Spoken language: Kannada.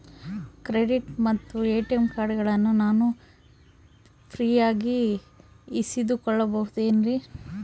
ಕ್ರೆಡಿಟ್ ಮತ್ತ ಎ.ಟಿ.ಎಂ ಕಾರ್ಡಗಳನ್ನ ನಾನು ಫ್ರೇಯಾಗಿ ಇಸಿದುಕೊಳ್ಳಬಹುದೇನ್ರಿ?